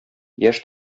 яшь